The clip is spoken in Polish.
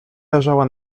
leżała